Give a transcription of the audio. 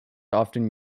often